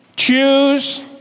Choose